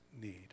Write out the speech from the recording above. need